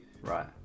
Right